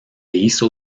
hizo